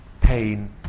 pain